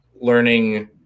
learning